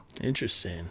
Interesting